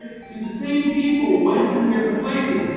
see, the same people went to the different places.